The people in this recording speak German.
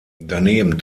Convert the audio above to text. daneben